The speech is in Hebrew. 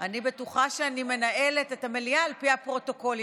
אני בטוחה שאני מנהלת את המליאה לפי הפרוטוקול,